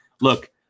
look